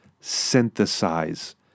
synthesize